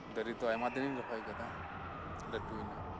ᱫᱟᱨᱮ ᱫᱚ ᱟᱭᱢᱟ ᱫᱤᱱ ᱨᱮᱧ ᱨᱚᱦᱚᱭ ᱟᱠᱟᱫᱟ ᱞᱟᱴᱩᱭ ᱱᱟ